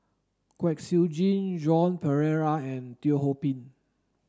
Kwek Siew Jin Joan Pereira and Teo Ho Pin